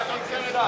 שאלתי כשר.